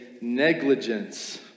negligence